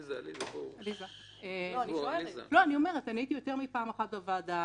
הייתי יותר מפעם אחת בוועדה,